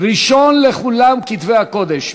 "ראשון לכולם כתבי הקודש,